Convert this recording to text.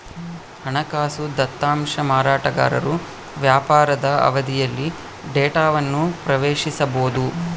ಹಣಕಾಸು ದತ್ತಾಂಶ ಮಾರಾಟಗಾರರು ವ್ಯಾಪಾರದ ಅವಧಿಯಲ್ಲಿ ಡೇಟಾವನ್ನು ಪ್ರವೇಶಿಸಬೊದು